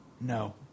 No